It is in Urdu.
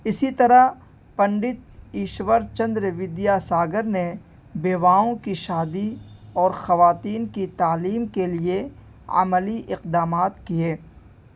اسی طرح پنڈت ایشور چندر ودیا ساگر نے بیواؤں کی شادی اور خواتین کی تعلیم کے لیے عملی اقدامات کیے